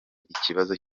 ikibazo